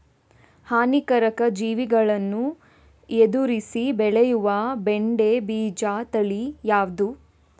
ಹಾನಿಕಾರಕ ಜೀವಿಗಳನ್ನು ಎದುರಿಸಿ ಬೆಳೆಯುವ ಬೆಂಡೆ ಬೀಜ ತಳಿ ಯಾವ್ದು?